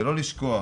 ולא לשכוח.